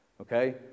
Okay